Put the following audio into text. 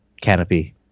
canopy